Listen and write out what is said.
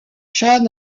chan